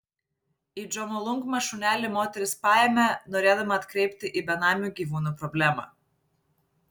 į džomolungmą šunelį moteris paėmė norėdama atkreipti į benamių gyvūnų problemą